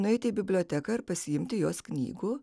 nueiti į biblioteką pasiimti jos knygų